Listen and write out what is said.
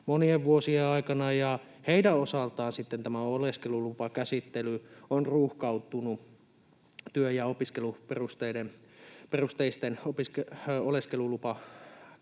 monien vuosien aikana, ja heidän osaltaan sitten tämä oleskelulupakäsittely on ruuhkautunut, eli työ- ja opiskeluperusteisten oleskelulupahakemusten